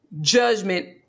judgment